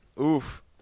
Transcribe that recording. Oof